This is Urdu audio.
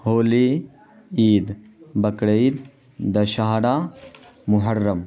ہولی عید بقر عید دشہرا مُحرّم